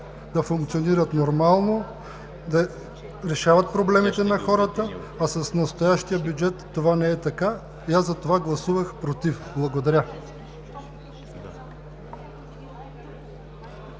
да функционират нормално, да решават проблемите на хората, а с настоящия бюджет това не е така, и аз затова гласувах „против“. Благодаря.